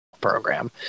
program